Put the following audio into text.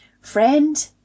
friend